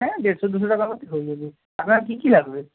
হ্যাঁ দেড়শো দুশো টাকার মধ্যে হয়ে যাবে আপনার কী কী লাগবে